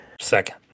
Second